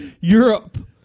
Europe